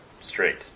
straight